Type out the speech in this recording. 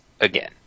again